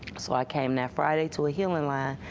so, i came that friday to a healing line.